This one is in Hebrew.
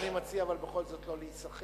אני מציע אבל בכל זאת לא להיסחף.